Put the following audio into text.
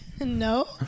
No